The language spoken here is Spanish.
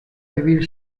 civil